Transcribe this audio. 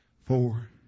four